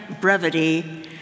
brevity